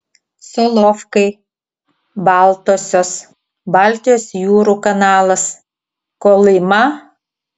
solovkai baltosios baltijos jūrų kanalas kolyma